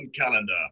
calendar